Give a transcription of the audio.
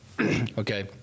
okay